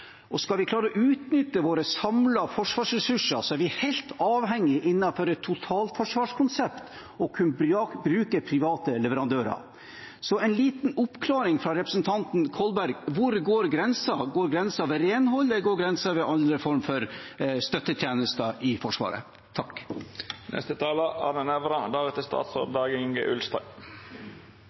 Og skal vi klare å utnytte våre samlede forsvarsressurser, er vi – innenfor et totalforsvarskonsept – helt avhengige av å kunne bruke private leverandører. Så jeg ønsker en liten oppklaring fra representanten Kolberg: Hvor går grensen? Går grensen ved renhold, eller går grensen ved andre former for støttetjenester i Forsvaret?